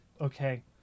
Okay